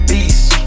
Beast